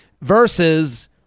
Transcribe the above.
Versus